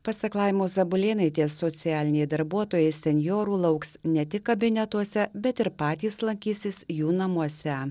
pasak laimos zabulėnaitės socialiniai darbuotojai senjorų lauks ne tik kabinetuose bet ir patys lankysis jų namuose